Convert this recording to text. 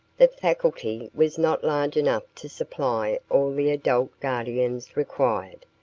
the faculty was not large enough to supply all the adult guardians required,